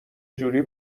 جوری